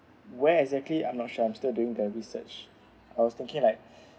where exactly I'm not sure I'm still doing the research I was thinking like